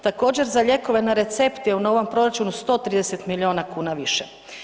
Također za lijekove na recept je u novom proračunu 130 milijuna kuna više.